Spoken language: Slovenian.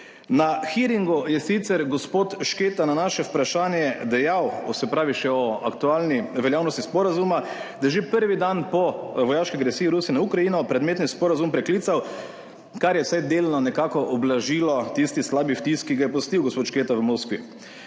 Na hearingu je sicer gospod Šketa na naše vprašanje dejal – se pravi še o aktualni veljavnosti sporazuma – da je že prvi dan po vojaški agresiji Rusije na Ukrajino predmetni sporazum preklical, kar je vsaj delno nekako ublažilo tisti slabi vtis, ki ga je pustil gospod Šketa v Moskvi.